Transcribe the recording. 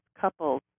couples